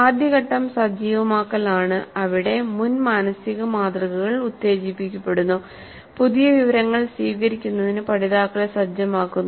ആദ്യ ഘട്ടം സജീവമാക്കൽ ആണ് അവിടെ മുൻ മാനസിക മാതൃകകൾ ഉത്തേജിപ്പിക്കപ്പെടുന്നു പുതിയ വിവരങ്ങൾ സ്വീകരിക്കുന്നതിന് പഠിതാക്കളെ സജ്ജമാക്കുന്നു